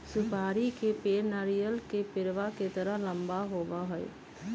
सुपारी के पेड़ नारियल के पेड़वा के तरह लंबा होबा हई